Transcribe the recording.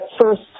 first